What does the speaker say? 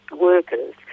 workers